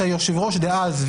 שיושב הראש דאז,